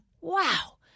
wow